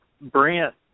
Brent